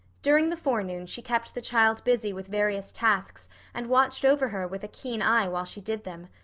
during the forenoon she kept the child busy with various tasks and watched over her with a keen eye while she did them.